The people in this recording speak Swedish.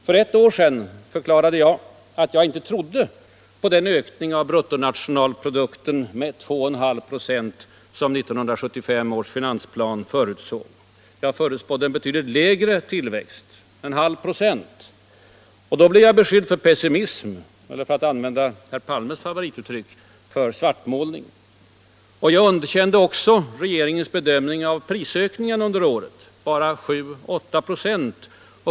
För ett år sedan förklarade jag att jag inte trodde på den ökning av BNP med 2,5 26 som 1975 års finansplan förutsåg. Jag förutspådde en betydligt lägre tillväxt. Då blev jag beskylld för pessimism eller — för att använda herr Palmes favorituttryck — för svartmålning. Jag underkände också regeringens bedömning av prisökningarna under året på 7-8 926.